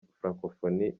francophonie